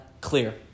clear